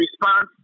response